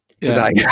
today